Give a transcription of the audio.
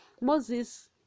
Moses